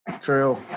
True